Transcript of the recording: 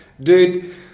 Dude